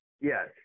Yes